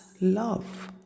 love